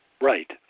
Right